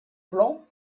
plan